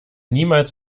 niemals